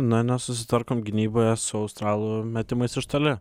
na nesusitvarkom gynyboje su australų metimais iš toli